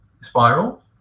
spiral